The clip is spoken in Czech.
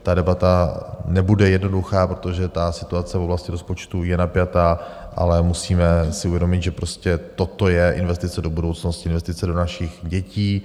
Ta debata nebude jednoduchá, protože situace v oblasti rozpočtu je napjatá, ale musíme si uvědomit, že prostě toto je investice do budoucnosti, investice do našich dětí.